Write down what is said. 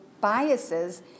biases